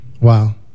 wow